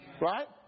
Right